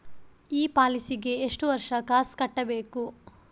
ಈ ಪಾಲಿಸಿಗೆ ಎಷ್ಟು ವರ್ಷ ಕಾಸ್ ಕಟ್ಟಬೇಕು?